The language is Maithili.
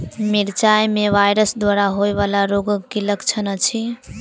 मिरचाई मे वायरस द्वारा होइ वला रोगक की लक्षण अछि?